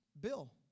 Bill